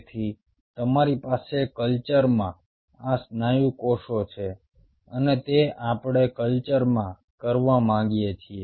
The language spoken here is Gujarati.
તેથી તમારી પાસે કલ્ચરમાં આ સ્નાયુ કોષો છે અને તે આપણે કલ્ચરમાં કરવા માંગીએ છીએ